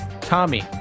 Tommy